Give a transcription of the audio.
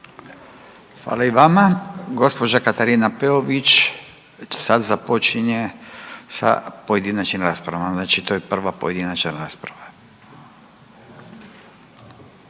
Hvala i vama. Gospođa Katarina Peović sad započinje sa pojedinačnim raspravama. Znači to je prva pojedinačna rasprava.